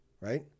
right